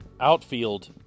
outfield